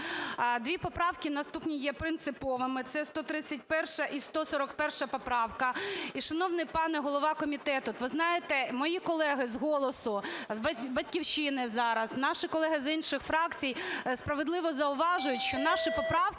Дві поправки наступні є принциповими, це 131 і 141 поправки. І, шановний пане голова комітету, ви знаєте, мої колеги з "Голосу", з "Батьківщини" зараз, наші колеги з інших фракцій справедливо зауважують, що наші поправки